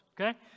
okay